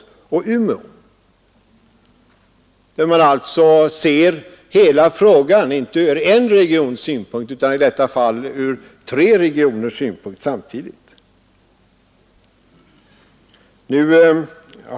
I detta fall ser man alltså hela frågan inte ur en regions synpunkt utan ur tre regioners synpunkt samtidigt.